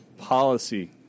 policy